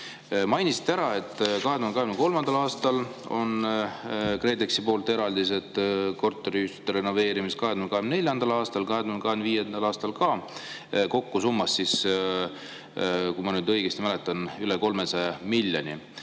Mainisite ära, et 2023. aastal on KredExi poolt eraldised korteriühistute renoveerimiseks, 2024. aastal, 2025. aastal ka, kokku summas, kui ma nüüd õigesti mäletan, üle 300 miljoni.